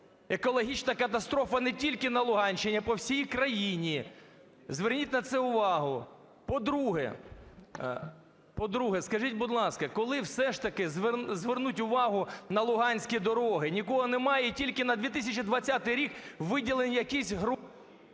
екологічна катастрофа не тільки на Луганщині, а по всій країні. Зверніть на це увагу. По-друге. Скажіть, будь ласка, коли все ж таки звернуть увагу на луганські дороги? Нікого немає, і тільки на 2020 рік виділені якісь гроші…